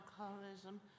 alcoholism